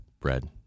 bread